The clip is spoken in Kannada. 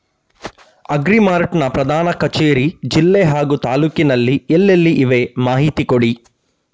ಅಗ್ರಿ ಮಾರ್ಟ್ ನ ಪ್ರಧಾನ ಕಚೇರಿ ಜಿಲ್ಲೆ ಹಾಗೂ ತಾಲೂಕಿನಲ್ಲಿ ಎಲ್ಲೆಲ್ಲಿ ಇವೆ ಮಾಹಿತಿ ಕೊಡಿ?